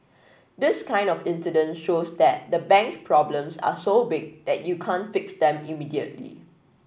this kind of incident shows that the bank's problems are so big that you can't fix them immediately